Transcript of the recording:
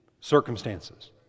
Circumstances